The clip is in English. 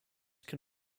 can